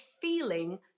feeling